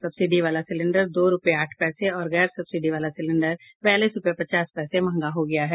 subsidy वाला cylinder दो रूपये आठ पैसे और गैर सब्सिडी वाला सिलेंडर बयालीस रूपये पचास पैसे मंहगा हो गया है